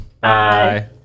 bye